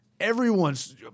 everyone's